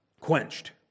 quenched